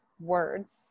words